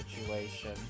situation